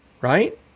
right